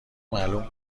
معلوم